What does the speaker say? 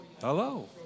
Hello